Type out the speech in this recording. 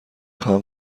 خواهم